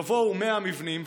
יבואו 100 מבנים,